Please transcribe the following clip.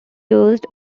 used